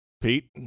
Pete